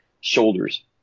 shoulders